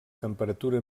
temperatura